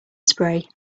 spray